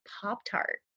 pop-tart